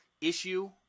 issue